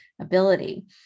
ability